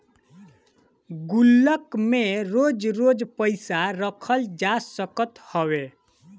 गुल्लक में रोज रोज पईसा रखल जा सकत हवे